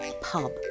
pub